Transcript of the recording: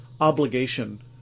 obligation